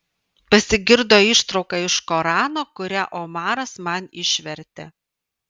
pasigirdo ištrauka iš korano kurią omaras man išvertė